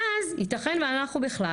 אז יתכן ואנחנו בכלל,